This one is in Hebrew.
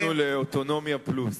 הסכמנו לאוטונומיה פלוס.